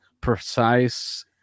precise